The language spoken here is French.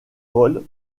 vol